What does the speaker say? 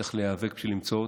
צריך להיאבק בשביל למצוא אותה,